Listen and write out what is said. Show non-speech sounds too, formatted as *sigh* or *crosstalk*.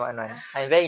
*laughs*